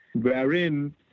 wherein